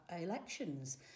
elections